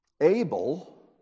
Abel